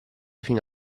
fino